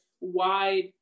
wide